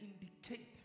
indicate